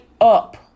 up